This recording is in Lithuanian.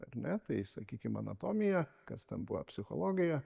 ar ne tai sakykim anatomija kas ten buvo psichologija